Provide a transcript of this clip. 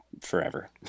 forever